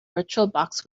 virtualbox